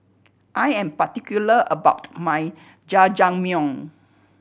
I am particular about my Jajangmyeon